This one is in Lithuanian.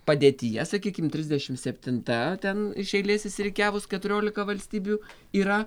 padėtyje sakykim trisdešim septinta ten iš eilės išsirikiavus keturiolika valstybių yra